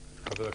ח"כ